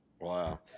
Wow